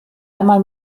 einmal